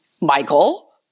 Michael